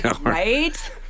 right